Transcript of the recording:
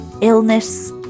illness